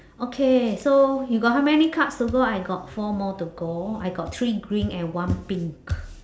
okay so you got how many cards to go I got four more to go I got three green and one pink